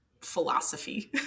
philosophy